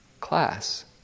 class